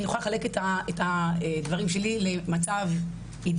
אני יכולה לחלק את הדברים שלי למצב אידיאלי,